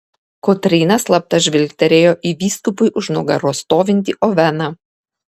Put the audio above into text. kotryna slapta žvilgtelėjo į vyskupui už nugaros stovintį oveną